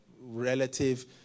relative